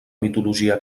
mitologia